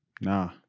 Nah